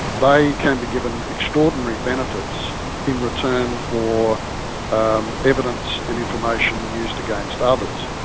they can be given extraordinary benefits in return for um evidence and information used against others.